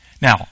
Now